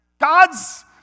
god's